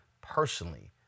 personally